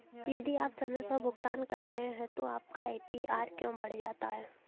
यदि आप समय पर भुगतान कर रहे हैं तो आपका ए.पी.आर क्यों बढ़ जाता है?